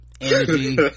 energy